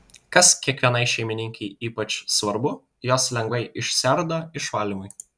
kas kiekvienai šeimininkei ypač svarbu jos lengvai išsiardo išvalymui